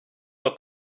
los